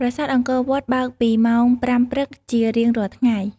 ប្រាសាទអង្គរវត្តបើកពីម៉ោង ៥ ព្រឹកជារៀងរាល់ថ្ងៃ។